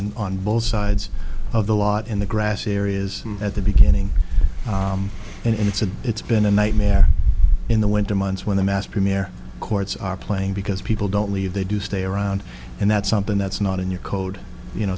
been on both sides of the lot in the grass areas at the beginning and it's a it's been a nightmare in the winter months when the mast can there courts are playing because people don't leave they do stay around and that's something that's not in your code you know